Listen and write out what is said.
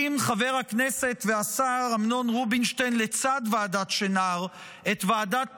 הקים חבר הכנסת והשר אמנון רובינשטיין לצד ועדת שנהר את ועדת פרופ'